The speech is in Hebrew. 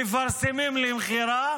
שמפרסמים למכירה,